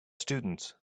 students